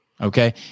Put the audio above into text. Okay